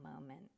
moment